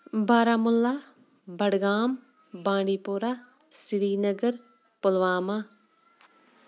Baramulla Budgam Bandipora Srinagar Pulwama